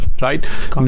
right